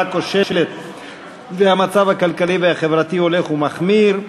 הכושלת והמצב הכלכלי והחברתי הולך ומחמיר,